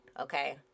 okay